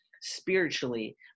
spiritually